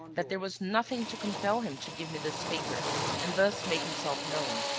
that there was nothing to compel him to give me this paper and thus make himself known.